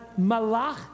Malach